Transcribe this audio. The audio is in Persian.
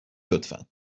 لطفا